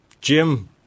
Jim